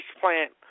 plant